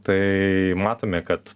tai matome kad